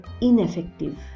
ineffective